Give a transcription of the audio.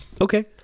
Okay